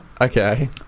okay